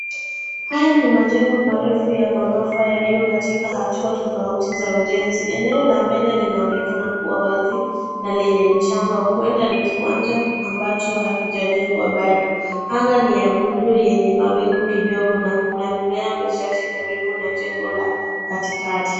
Haya ni majengo marefu ya ghorofa yaliyo katika hatua tofauti za ujenzi. Eneo la mbele linaonekana kuwa wazi na lenye mchanga. Huenda ni kiwanja ambacho hakijajengwa bado. Anga ni ya blue yenye mawingu kidogo na kuna mmea michache karibu na jengo la katikati.